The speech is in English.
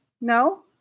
No